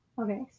Okay